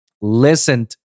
listened